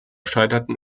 scheiterten